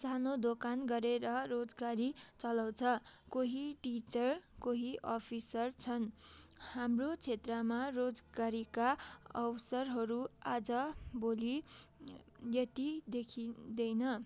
सानो दोकान गरेर रोजगारी चलाउँछ कोही टिचर कोही अफिसर छन् हाम्रो क्षेत्रमा रोजगारीका अवसरहरू आजभोलि यति देखिँदैन